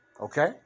Okay